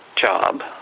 job